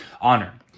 honor